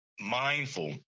mindful